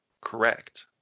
correct